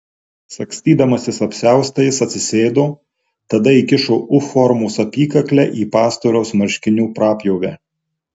sagstydamasis apsiaustą jis atsisėdo tada įkišo u formos apykaklę į pastoriaus marškinių prapjovę